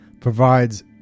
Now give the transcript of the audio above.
provides